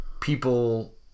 people